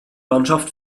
mannschaft